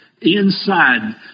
inside